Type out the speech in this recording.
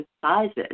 sizes